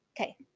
Okay